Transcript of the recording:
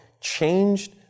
changed